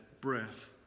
breath